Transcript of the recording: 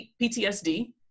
PTSD